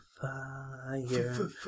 Fire